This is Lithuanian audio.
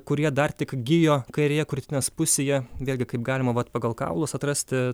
kurie dar tik gijo kairėje krūtinės pusėje vėlgi kaip galima vat pagal kaulus atrasti